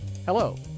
Hello